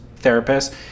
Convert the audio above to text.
therapists